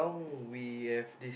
we have this